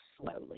slowly